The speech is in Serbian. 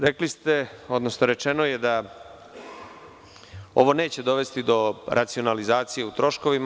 Rekli ste, odnosno rečeno je da ovo neće dovesti do racionalizacije u troškovima.